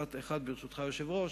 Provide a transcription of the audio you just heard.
משפט אחד, ברשותך היושב-ראש: